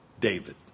David